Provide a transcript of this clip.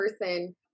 person